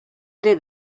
ere